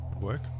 Work